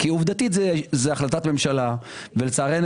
כי עובדתית זאת החלטת ממשלה ולצערנו